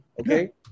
Okay